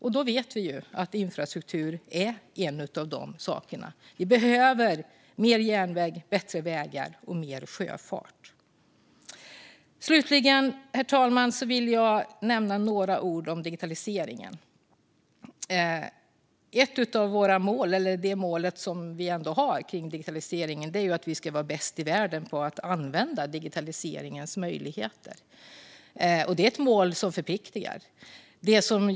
Vi vet att infrastruktur hör till de sakerna. Vi behöver mer järnväg, bättre vägar och mer sjöfart. Herr talman! Slutligen vill jag säga några ord om digitaliseringen. Det mål vi har för digitaliseringen är att vi ska vara bäst i världen på att använda dess möjligheter. Det är ett mål som förpliktar.